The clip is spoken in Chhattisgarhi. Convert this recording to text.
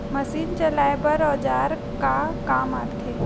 मशीन चलाए बर औजार का काम आथे?